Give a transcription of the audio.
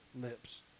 lips